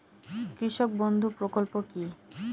কৃষক বন্ধু প্রকল্প কি?